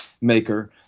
maker